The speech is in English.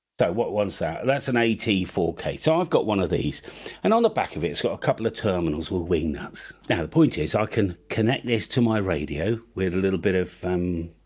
that what ones that that's an eighty four case oh i've got one of these and on the back of it it's got a couple of terminals will wing nuts now the point is i can connect this to my radio with a little bit of um